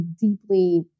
deeply